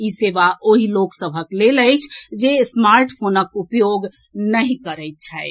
ई सेवा ओहि लोक सभक लेल अछि जे स्मार्ट फोनक उपयोग नहि करैत छथि